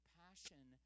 passion